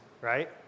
right